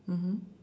mmhmm